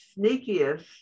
sneakiest